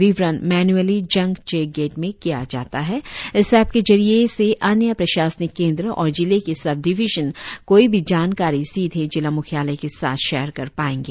विवरण manually Jang check gate में किया जाता है इस एप्प के जरिए से अन्य प्रशासनिक केंद्र और जिले के सब डिविजन कोई भी जानकारी सीधे जिला म्ख्यालय के साथ शेयर कर पायेंगे